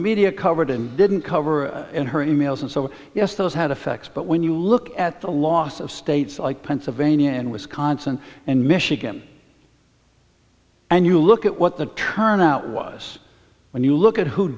media covered and didn't cover in her e mails and so yes those had effects but when you look at the loss of states like pennsylvania and wisconsin and michigan and you look at what the turnout was when you look at who